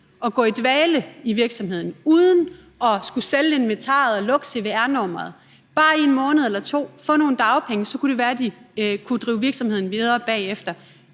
at gå i dvale i virksomheden, uden at skulle sælge inventaret og lukke cvr-nummeret, bare i en måned eller to, og få nogle dagpenge, så kunne det være, de kunne drive virksomheden videre bagefter.